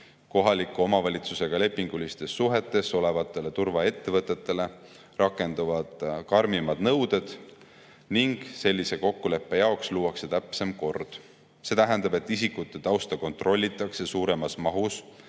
Kohaliku omavalitsusega lepingulistes suhetes olevatele turvaettevõtetele rakenduvad karmimad nõuded ning sellise kokkuleppe jaoks luuakse täpsem kord. See tähendab, et isikute tausta kontrollitakse suuremas mahus